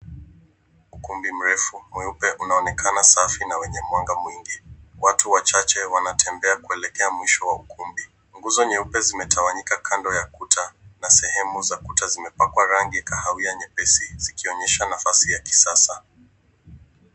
Ukumbi mrefu mweupe unaonekana safi na wenye mwanga mwingi. Watu wachache wanatembea kuelekea mwisho wa ukumbi. Nguzo nyeupe zimetawanyika kando ya kuta na sehemu za kuta zimepakwa rangi kahawia nyepesi zikionyesha nafasi ya kisasa.